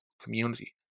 community